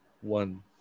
One